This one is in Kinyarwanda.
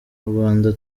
rwanda